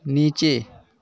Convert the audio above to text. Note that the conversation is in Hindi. नीचे